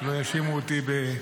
שלא יאשימו אותי.